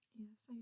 yes